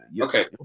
okay